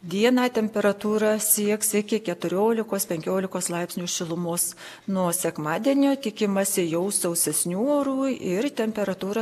dieną temperatūra sieks iki keturiolikos penkiolikos laipsnių šilumos nuo sekmadienio tikimasi jau sausesnių orų ir temperatūra